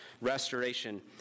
restoration